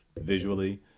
visually